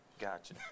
Gotcha